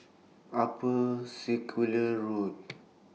Upper Circular Road